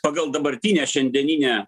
pagal dabartinę šiandieninę